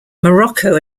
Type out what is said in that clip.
morocco